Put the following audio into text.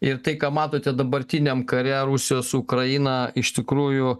ir tai ką matote dabartiniam kare rusijos su ukraina iš tikrųjų